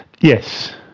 Yes